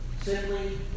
Simply